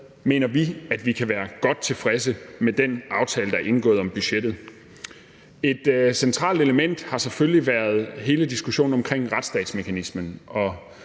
mener vi, at vi kan være godt tilfredse med den aftale, der er indgået om budgettet. Et centralt element har selvfølgelig været hele diskussionen om retsstatsmekanismen, og